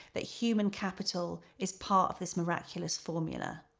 that human capital is part of this miraculous formula.